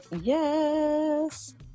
yes